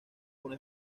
una